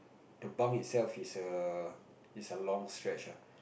the bunk itself is a is a long stretch ah